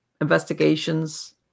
investigations